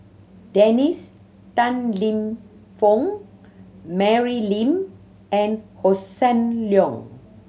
Dennis Tan Lip Fong Mary Lim and Hossan Leong